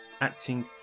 acting